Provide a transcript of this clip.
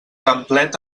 templet